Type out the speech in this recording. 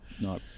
No